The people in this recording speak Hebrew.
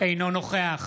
אינו נוכח